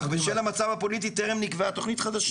ובשל המצב הפוליטי טרם נקבעה תכנית חדשה.